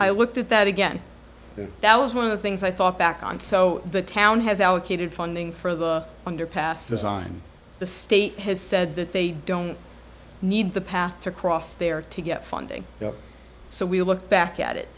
i looked at that again that was one of the things i thought back on so the town has allocated funding for the underpass design the state has said that they don't need the path across there to get funding so we'll look back at it